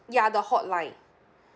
ya the hotline